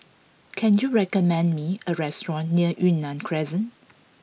can you recommend me a restaurant near Yunnan Crescent